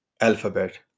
Alphabet